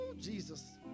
Jesus